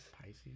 Pisces